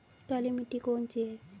काली मिट्टी कौन सी है?